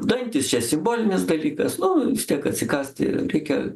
dantys čia simbolinis dalykas nu vis tiek atsikąsti reikia